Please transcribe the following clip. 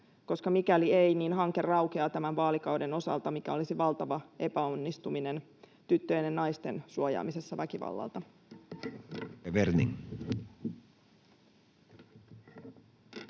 mikäli ei, niin hanke raukeaa tämän vaalikauden osalta, mikä olisi valtava epäonnistuminen tyttöjen ja naisten suojaamisessa väkivallalta.